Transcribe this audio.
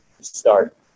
start